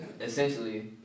Essentially